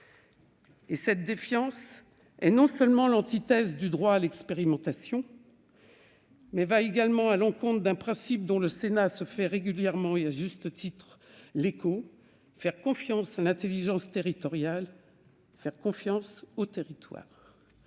cette défiance est l'antithèse du droit à l'expérimentation, mais elle va également à l'encontre d'un principe dont le Sénat se fait régulièrement le défenseur : faire confiance à l'intelligence territoriale, faire confiance aux territoires.